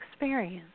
experience